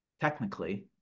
technically